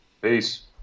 Peace